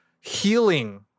healing